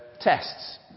tests